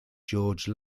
george